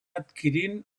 adquirint